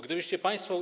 Gdybyście państwo.